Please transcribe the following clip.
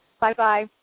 Bye-bye